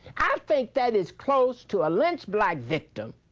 i think that is closer to a lynched black victim